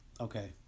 Okay